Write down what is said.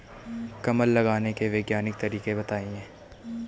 कमल लगाने के वैज्ञानिक तरीके बताएं?